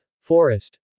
Forest